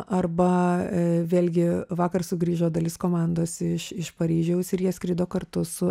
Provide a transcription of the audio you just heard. arba vėlgi vakar sugrįžo dalis komandos iš iš paryžiaus ir jie skrido kartu su